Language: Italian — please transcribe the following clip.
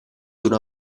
una